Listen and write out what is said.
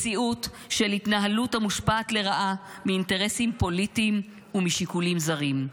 מציאות של התנהלות המושפעת לרעה מאינטרסים פוליטיים ומשיקולים זרים.